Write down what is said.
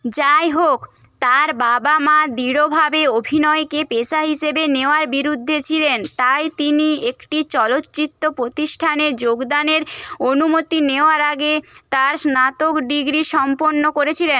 যাইহোক তার বাবা মা দৃঢ়ভাবে অভিনয়কে পেশা হিসেবে নেওয়ার বিরুদ্ধে ছিলেন তাই তিনি একটি চলচ্চিত্র প্রতিষ্ঠানে যোগদানের অনুমতি নেওয়ার আগে তার স্নাতক ডিগ্রি সম্পন্ন করেছিলেন